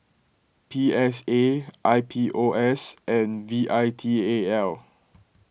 P S A I P O S and V I T A L